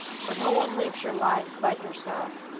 for no one lives your life but yourself.